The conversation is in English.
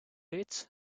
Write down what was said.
lech